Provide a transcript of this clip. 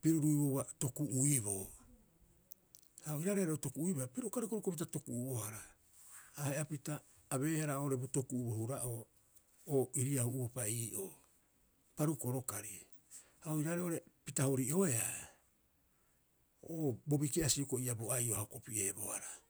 piruruibouba toku'uiboo. Ha oiraarei are o toku'uibaa piro uka rekorekopita toku'ubohara, a ahe'apita abeehara oo'ore bo toku'u bo hura'oo o iriau'uropa ii'oo, parukoro kari. Ha oiraarei oo'ore pita hiri'oeaa o bo biki'asi hioko'i ii'aa bo ai'o a hokopi'eebohara.